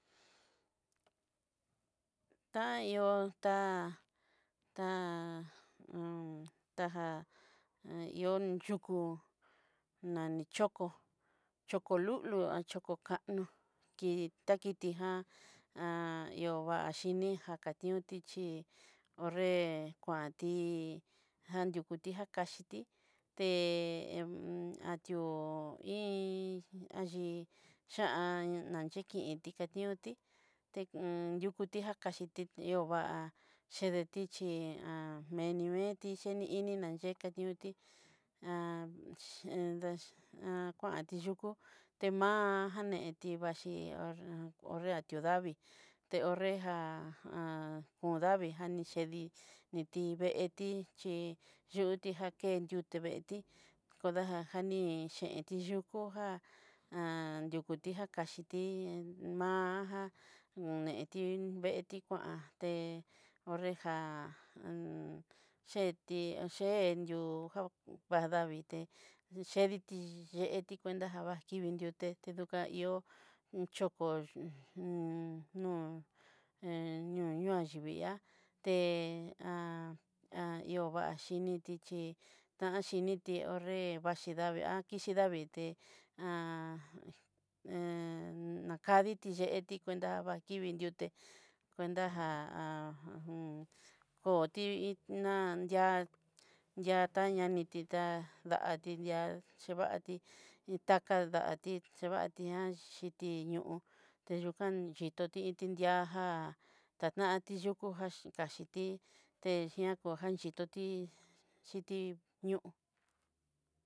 Ta ihó tá tá taja ihó yukú, nani chokó chokó lulu, choko kanó ki ta kitijan óvaxhini jakatioxhí ho'nre kuanti janrukuti jakachití'i té hu u un, atío iin ayii ya'an nayikeinti kanioti, tekonrukioti jakaxhiti niová chedetichí niveeti xhini inina ñe kañuti akuanti yukú emajaneti vixhi ho'nrea to davii te ho'nreja davii jan nixhedí, nitiveeti chí yuti ja ke yuti veeti kodajajaní ni yenti yukú jan a nrukuti dakaxhiti mahanjá oneti veeti kuan té ho'nreja etí chentió vadavii té yediti yeeti cuenta jabativi nriote te dukahio xhoko ñó ñoñoaxhivei'a, té vaxhiniti, chí tan xhiniti ho'nre vaxhi davii a kixhi davii té nakaditi ye'eti cuenta vakivi nriuté cuenta já a koti ina nria nria ta naniti ta diati di'a chivatí itaka datí chevania xhiti ñoo te yukan yitoti iin ti di'a ja tajanti yukú kaxhiti te jian kojan chitoti xhiti ño'ó.